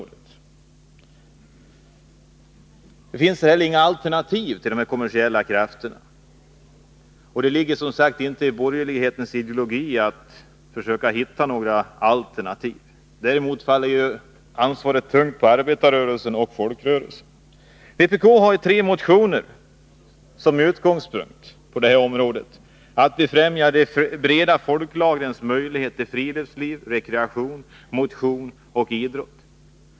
Det finns heller inga alternativ till de kommersiella krafterna. Det ligger som sagt inte i borgerlighetens ideologi att försöka hitta några alternativ. Däremot faller ansvaret tungt på arbetarrörelsen och folkrörelserna. Vpk har i tre motioner på det här området som utgångspunkt att befrämja de breda folklagrens möjligheter till friluftsliv, rekreation, motion och idrott.